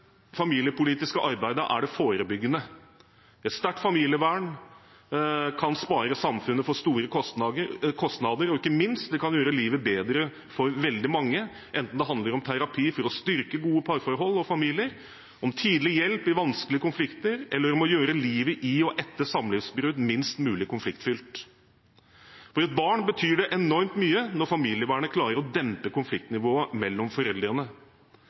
familiepolitiske arbeidet er det forebyggende. Et sterkt familievern kan spare samfunnet for store kostnader, og ikke minst: Det kan gjøre livet bedre for veldig mange, enten det handler om terapi for å styrke gode parforhold og familier, om tidlig hjelp i vanskelige konflikter eller om å gjøre livet ved og etter samlivsbrudd minst mulig konfliktfylt. For et barn betyr det enormt mye når familievernet klarer å dempe konfliktnivået mellom foreldrene.